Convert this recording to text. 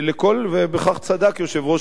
ובכך צדק יושב-ראש הכנסת,